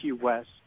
West